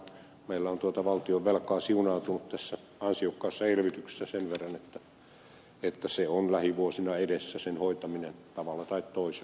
meillä on tuota valtionvelkaa siunaantunut tässä ansiokkaassa elvytyksessä sen verran että se on lähivuosina edessä sen hoitaminen tavalla tai toisella